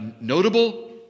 notable